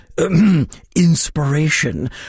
inspiration